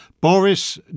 Boris